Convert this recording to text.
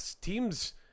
Teams